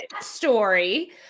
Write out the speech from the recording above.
story